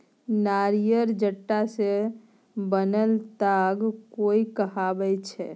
नारियरक जट्टा सँ बनल ताग कोइर कहाबै छै